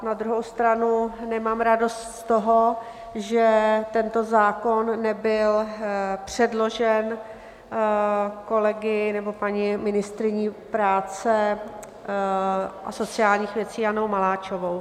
Na druhou stranu nemám radost z toho, že tento zákon nebyl předložen kolegy nebo paní ministryní práce a sociálních věcí Janou Maláčovou.